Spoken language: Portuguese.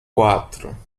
quatro